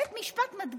בית המשפט מדגיש: